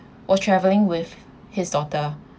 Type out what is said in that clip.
was travelling with his daughter